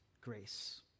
grace